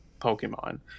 Pokemon